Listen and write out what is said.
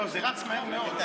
זה רץ מהר מאוד.